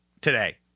today